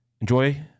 Enjoy